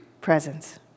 Presence